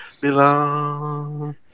belong